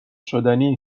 شدنی